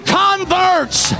converts